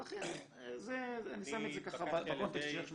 לכן, אני שם את זה ככה בקונטקסט של איך מציגים.